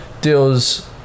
deals